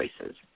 choices